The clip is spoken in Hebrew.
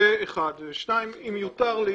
כמו כן, שאם יותר לי